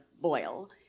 boil